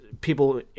people